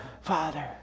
Father